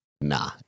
Nah